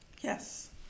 Yes